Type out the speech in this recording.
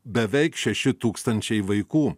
beveik šeši tūkstančiai vaikų